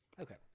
okay